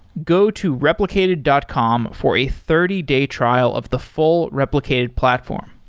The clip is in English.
go to replicated dot com for a thirty day trial of the full replicated platform.